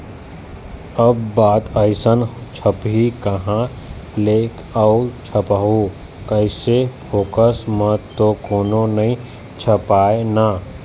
अब बात आइस छपही काँहा ले अऊ छपवाहूँ कइसे, फोकट म तो कोनो नइ छापय ना